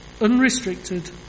Unrestricted